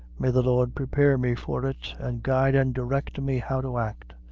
may the lord prepare me for it, and guide and direct me how to act!